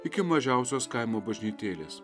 iki mažiausios kaimo bažnytėlės